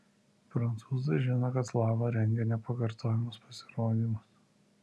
prancūzai žino kad slava rengia nepakartojamus pasirodymus